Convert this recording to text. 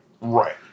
Right